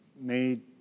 made